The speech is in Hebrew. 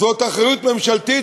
זאת אחריות ממשלתית,